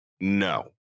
No